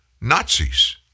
Nazis